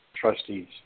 trustees